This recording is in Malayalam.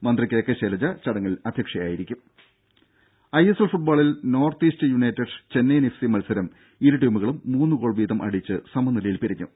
മന്ത്രി കെ കെ ശൈലജ ചടങ്ങിൽ അധ്യക്ഷയായിരിക്കും ദേദ ഐ എസ് എൽ ഫുട്ബോളിൽ North East United Chennaiyin F C മത്സരം ഇരു ടീമുകളും മൂന്ന് ഗോൾ വീതം അടിച്ച് സമനിലയിൽ പിരിഞ്ഞു